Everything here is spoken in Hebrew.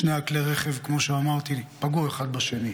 שני כלי הרכב, כמו שאמרתי, פגעו אחד בשני.